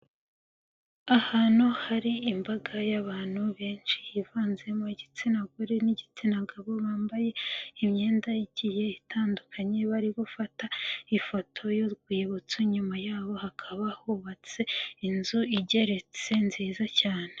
Ahantu hari imbaga y'abantu benshi, yivanzemo igitsina gore n'igitsina gabo, bambaye imyenda igiye itandukanye, bari gufata ifoto y'urwibutso, inyuma yabo hakaba hubatse inzu igeretse, nziza cyane.